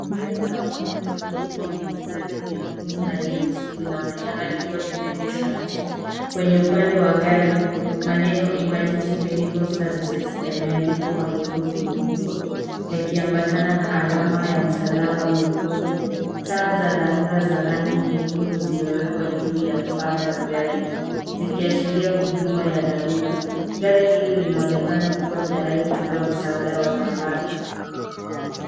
Gari la wagonjwa jeupe lenye mistari myekundu na nyeusi linaonekana likiwa limeegeshwa nje. Kwenye upande wa gari maneno Emergency Medical Services yameandikwa kwa herufi kubwa, yakiambatana na alama ya msalaba mwekundu. Taa za dharura za rangi nyekundu zimewekwa juu ya paa la gari, zikiashiria huduma ya dharura. Gari hili linaonekana kuwa tayari kutoa msaada wa haraka.